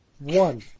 One